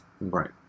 Right